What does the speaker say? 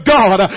God